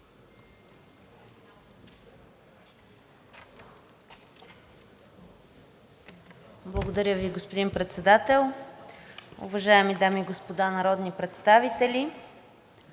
Благодаря Ви, господин Председател. Уважаеми дами и господа народни представители!